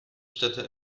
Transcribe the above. städte